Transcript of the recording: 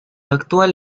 actual